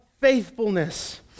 faithfulness